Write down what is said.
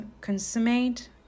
consummate